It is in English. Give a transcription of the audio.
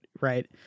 right